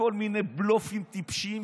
כל מיני בלופים טיפשיים,